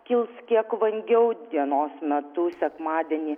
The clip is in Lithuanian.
kils kiek vangiau dienos metu sekmadienį